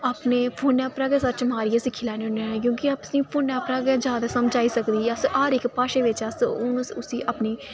फोनै उप्पर गै सर्च मारियै सिक्खी लैने होनें आं क्योंकी असें ई फोनैं उप्परा गै जादा समझ आई सकदी ऐ जैसे हर इक भाशा बिच अस उसी अपनी